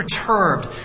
perturbed